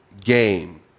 game